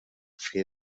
fer